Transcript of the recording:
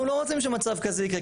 אנחנו לא רוצים שמצב כזה יקרה,